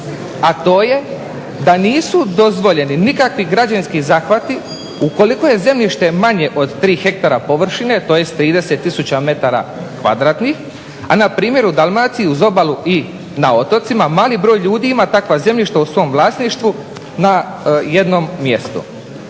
a to je da nisu dozvoljeni nikakvi građevinski zahvati ukoliko je zemljište manje od 3 hektara površine tj. 30 tisuća m2, a na primjeru Dalmacije uz obalu i na otocima mali broj ljudi ima takva zemljišta u svom vlasništvu na jednom mjestu.